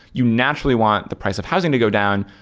you naturally want the price of housing to go down,